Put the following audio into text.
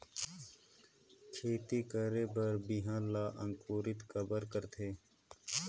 खेती करे बर बिहान ला अंकुरित काबर करथे?